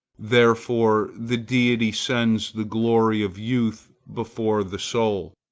therefore the deity sends the glory of youth before the soul,